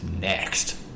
next